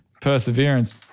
perseverance